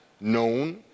known